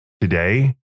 today